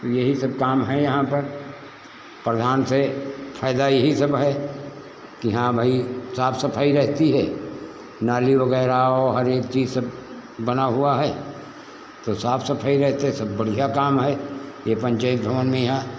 यही सब काम है यहाँ पर प्रधान से फायदा यही सब है कि हाँ भाई साफ सफाई रहती है नाली वगैरह हो हर एक चीज सब बना हुआ है तो साफ सफाई रहते सब बढ़िया काम है ये पंचायत भवन में यहाँ